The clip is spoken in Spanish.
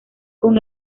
con